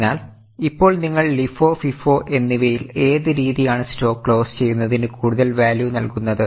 അതിനാൽ ഇപ്പോൾ നിങ്ങൾ LIFO FIFO എന്നിവയിൽ ഏത് രീതിയാണ് സ്റ്റോക്ക് ക്ലോസ് ചെയ്യുന്നതിന് കൂടുതൽ വാല്യൂ നൽകുന്നത്